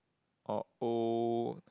or old